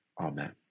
Amen